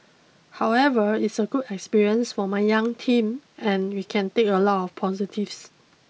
however it's a good experience for my young team and we can take a lot of positives